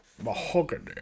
mahogany